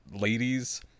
ladies